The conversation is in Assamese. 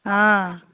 অঁ